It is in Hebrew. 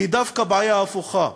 היא דווקא בעיה הפוכה.